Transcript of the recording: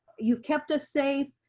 you've kept us safe.